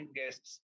guests